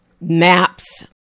maps